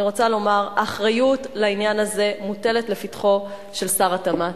אני רוצה לומר: האחריות לעניין הזה מוטלת לפתחו של שר התמ"ת.